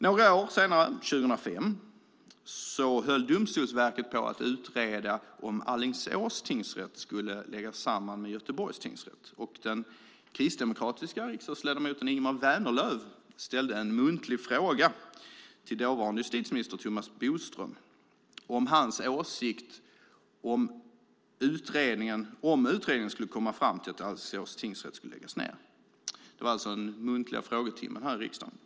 Några år senare, 2005, höll Domstolsverket på att utreda om Alingsås tingsrätt skulle läggas samman med Göteborgs tingsrätt. Den kristdemokratiska riksdagsledamoten Ingemar Vänerlöv ställde en muntlig fråga till dåvarande justitieminister Thomas Bodström om hans åsikt, om utredningen skulle komma fram till att Alingsås tingsrätt skulle läggas ned - det här skedde under frågestunden här i riksdagen.